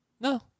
no